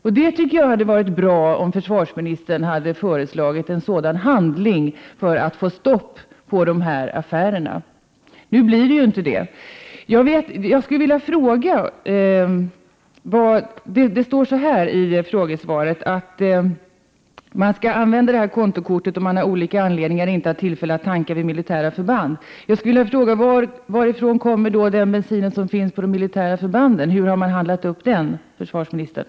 Jag tycker att det hade varit bra om försvarsministern hade föreslagit en sådan handling för att få stopp på dessa affärer. Nu blir det inte så. Det står i svaret att kontokorten skall användas om man av olika anledningar inte har tillfälle att tanka vid militära förband. Jag skulle vilja fråga: Varifrån kommer den bensin som finns på de militära förbanden? Hur har den handlats upp, försvarsministern?